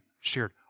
shared